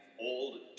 old